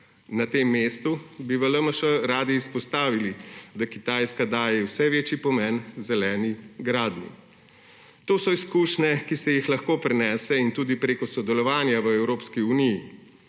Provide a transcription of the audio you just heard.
Na tem mestu bi v LMŠ radi izpostavili, da Kitajska daje vse večji pomen zeleni gradnji. To so izkušnje, ki se jih lahko prenese tudi preko sodelovanja v Evropski uniji.